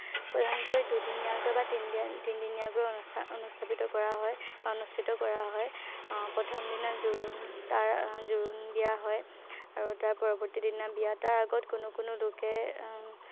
প্ৰধানকৈ দুদিনীয়াকৈ বা তিনিদি তিনিদিনীয়াকৈ অনুস্থাপিত কৰা হয় বা অনুস্থিত কৰা হয় প্ৰথম দিনা জোৰোণ তাৰ জোৰোণ দিয়া হয় আৰু তাৰ পৰৱৰ্তী দিনা বিয়া তাৰ আগত কোনো কোনো লোকে